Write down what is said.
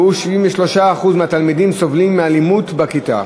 73% מהתלמידים סובלים מאלימות בכיתה,